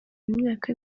imyaka